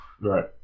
right